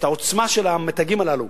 את העוצמה של המתגים הללו: